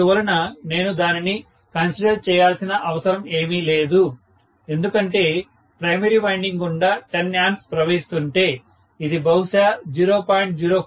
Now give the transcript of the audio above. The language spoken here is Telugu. అందువలన నేను దానిని కన్సిడర్ చేయాల్సిన అవసరము ఏమీ లేదు ఎందుకంటే ప్రైమరీ వైండింగ్ గుండా 10 A ప్రవహిస్తుంటే ఇది బహుశా 0